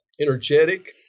energetic